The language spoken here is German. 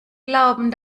glauben